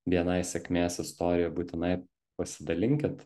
bni sėkmės istoriją būtinai pasidalinkit